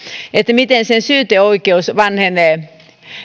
miten sen syyteoikeus vanhenee